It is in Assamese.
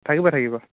থাকিব থাকিব